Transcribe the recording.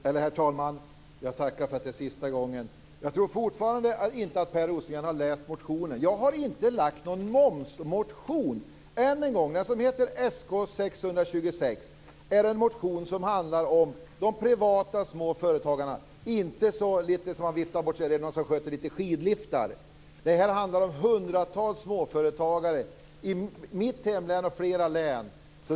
Herr talman! Jag tackar för att det här är sista gången. Jag tror fortfarande inte att Per Rosengren har läst motionen. Jag har inte väckt någon momsmotion. Än en gång säger jag att den motion som heter Sk626 är en motion som handlar om de privata småföretagarna. Det går inte att vifta bort detta och säga att det handlar om dem som sköter några skidliftar. Det här handlar om hundratals småföretagare i mitt hemlän och i flera andra län.